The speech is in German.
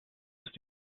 ist